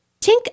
Tink